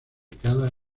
cada